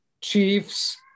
chiefs